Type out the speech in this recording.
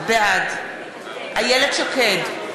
בעד איילת שקד,